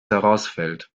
herausfällt